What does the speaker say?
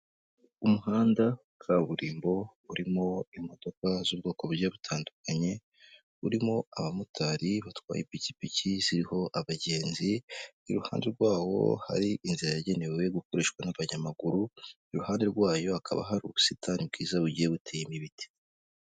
Umuhanda kaburimbo urimo imodoka z'ubwoko bugiye butandukanye, burimo abamotari batwaye ipikipiki ziriho abagenzi. Iruhande rwawo hari inzira yagenewe gukoreshwa n'abanyamaguru. Iruhande rwayo hakaba hari ubusitani bwiza bugiye buteyemo ibiti.